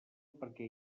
perquè